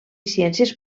ciències